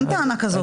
אין טענה כזאת.